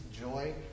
joy